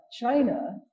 China